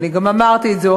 ואני גם אמרתי את זה,